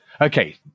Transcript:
Okay